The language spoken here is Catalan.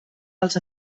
els